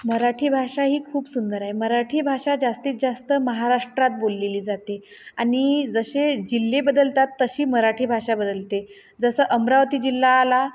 मराठी भाषा ही खूप सुंदर आहे मराठी भाषा जास्तीत जास्त महाराष्ट्रात बोललेली जाते आणि जसे जिल्हे बदलतात तशी मराठी भाषा बदलते जसं अमरावती जिल्हा आला